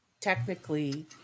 technically